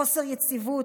חוסר יציבות.